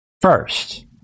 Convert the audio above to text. first